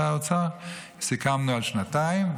סיכמנו על שנתיים,